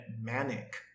manic